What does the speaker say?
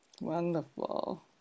wonderful